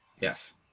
Yes